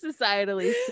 societally